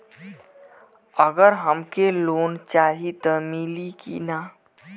अगर हमके लोन चाही त मिली की ना?